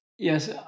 Yes